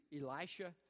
Elisha